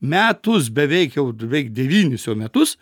metus beveik jau beveik devynis jau metus